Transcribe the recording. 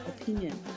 opinion